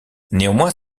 néanmoins